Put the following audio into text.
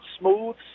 smooth